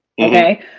Okay